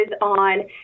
on